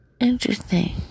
Interesting